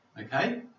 Okay